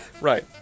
right